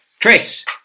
Chris